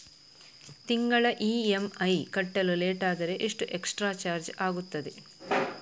ತಿಂಗಳ ಇ.ಎಂ.ಐ ಕಟ್ಟಲು ಲೇಟಾದರೆ ಎಷ್ಟು ಎಕ್ಸ್ಟ್ರಾ ಚಾರ್ಜ್ ಆಗುತ್ತದೆ?